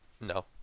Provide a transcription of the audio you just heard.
No